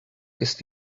ist